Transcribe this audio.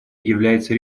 является